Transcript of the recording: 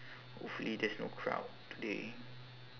hopefully there's no crowd today